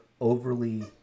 overly